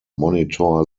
monitor